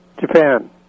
Japan